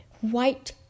white